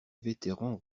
vétéran